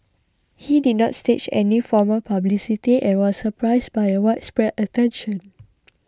he did not stage any formal publicity and was surprised by the widespread attention